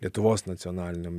lietuvos nacionaliniam